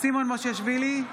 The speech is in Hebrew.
סימון מושיאשוילי,